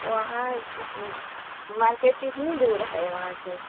वहाँ मार्केट कितनी दूर है वहाँ से